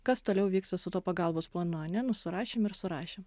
kas toliau vyksta su tuo pagalbos planu ane nu surašėm ir surašėm